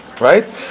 Right